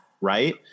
Right